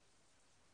שהיא,